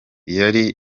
yari